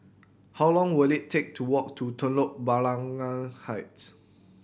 how long will it take to walk to Telok Blangah Heights